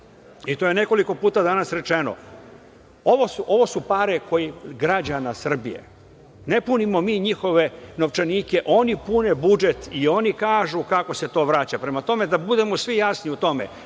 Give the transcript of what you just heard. to je nekoliko puta danas rečeno, ovo su pare građana Srbije. Ne punimo mi njihove novčanike, oni pune budžet i oni kažu kako se to vraća. Prema tome, da budemo svi jasni u tome.